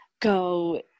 go